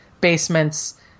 basements